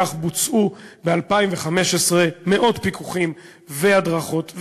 כך בוצעו ב-2015 מאות פיקוחים והדרכות,